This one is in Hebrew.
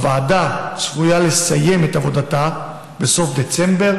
הוועדה צפויה לסיים את עבודתה בסוף דצמבר